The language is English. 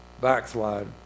backslide